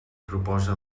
proposa